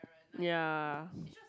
ya